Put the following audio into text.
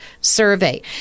survey